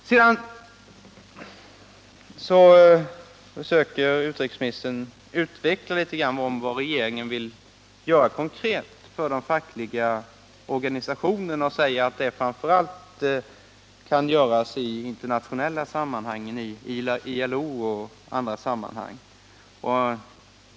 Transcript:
145 Sedan försöker utrikesministern utveckla vad regeringen vill göra konkret för de fackliga organisationerna och säger att det framför allt kan göras i internationella sammanhang, i ILO och andra organisationer.